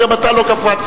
וגם אתה לא קפצת,